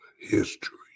history